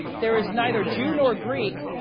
there is neither jew nor greek,